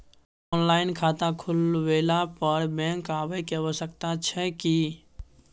Online खाता खुलवैला पर बैंक आबै के आवश्यकता छै की?